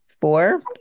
four